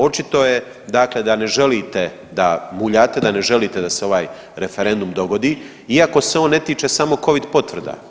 Očito je dakle da ne želite da muljate, da ne želite da se ovaj referendum dogodi iako se on ne tiče samo covid potvrda.